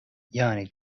yani